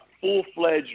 full-fledged